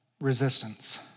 resistance